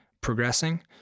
progressing